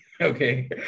Okay